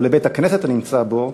או לבית-הכנסת הנמצא בו,